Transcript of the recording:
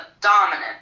dominant